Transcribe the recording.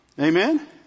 Amen